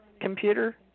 computer